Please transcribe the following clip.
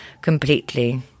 Completely